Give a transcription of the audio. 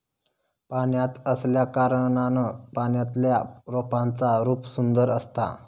पाण्यात असल्याकारणान पाण्यातल्या रोपांचा रूप सुंदर असता